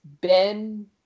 Ben